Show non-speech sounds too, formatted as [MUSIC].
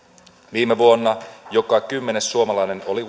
viime vuonna joka kymmenes suomalainen oli [UNINTELLIGIBLE]